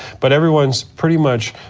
but everyone's pretty much